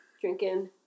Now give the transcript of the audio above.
Drinking